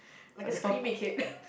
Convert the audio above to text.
like a screaming kid